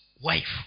wife